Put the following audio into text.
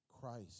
Christ